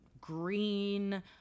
green